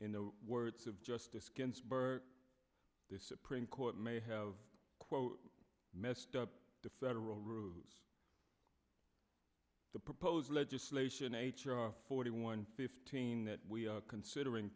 in the words of justice ginsburg this supreme court may have quote messed up the federal rule the proposed legislation h r forty one fifteen that we are considering